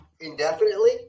indefinitely